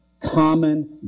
common